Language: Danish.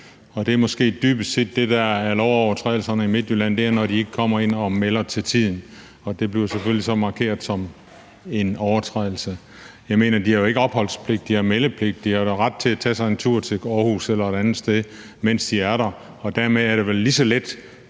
det er måske dybest set det, der er lovovertrædelserne i Midtjylland. Det er, når de ikke kommer ind og melder til tiden, og det bliver selvfølgelig så markeret som en overtrædelse. Jeg mener: De har jo ikke opholdspligt, de har meldepligt. De har da ret til at tage sig en tur til Aarhus eller et andet sted, mens de er der, og hvis ikke de borgerlige ellers